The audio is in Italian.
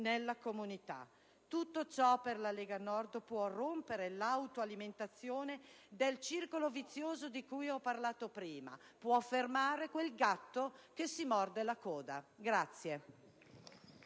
nella comunità. Tutto ciò per la Lega Nord può rompere l'autoalimentazione del circolo vizioso di cui ho parlato prima, può fermare quel gatto che si morde la coda.